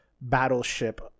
battleship